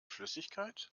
flüssigkeit